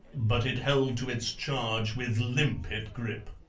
but it held to its charge with limpet grip.